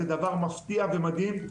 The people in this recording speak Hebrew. זה דבר מפתיע ומדהים,